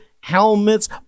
helmets